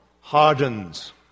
hardens